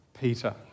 Peter